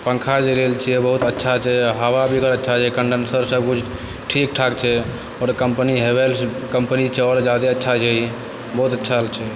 पंखा जे लेलै छिए बहुत अच्छा छै हवा भी अच्छा कन्डेसर सब कुछ ठीकठाक छै आओर कम्पनी हैवेल्स कम्पनी छै आओर ज्यादे अच्छा छै ई बहुत अच्छा छै